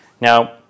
Now